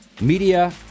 media